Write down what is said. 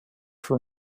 for